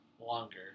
longer